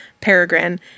Peregrine